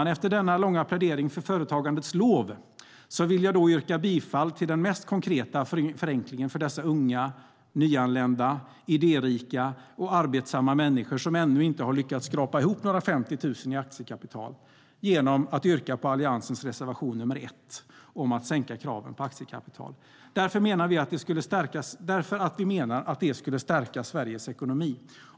Efter denna långa plädering till företagandets lov vill jag yrka bifall till Alliansen reservation 1 om att sänka kraven på aktiekapital, den mest konkreta förenklingen för dessa unga, nyanlända, idérika och arbetsamma människor som ännu inte har lyckats skrapa ihop några 50 000 kronor. Vi menar att det skulle stärka Sveriges ekonomi.